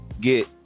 get